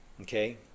okay